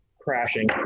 crashing